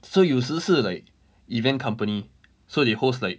所以有时是 like event company so they host like